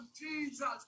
Jesus